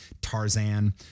Tarzan